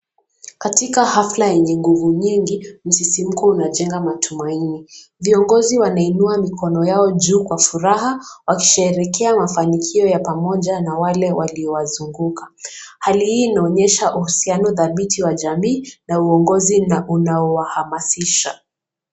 Katika hafla yenye nguvu nyingi msisimko unajenga matumaini, viongozi wanainua mikono yao juu kwa furaha, wakisherehekea mafanikio ya pamoja na wale waliowazunguka, hali hii inaonyesha uhusiano dhabiti wa jamii na uongozi unaowahamasisha.